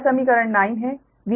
यह समीकरण 9 है